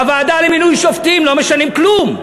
בוועדה למינוי שופטים לא משנים כלום.